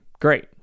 great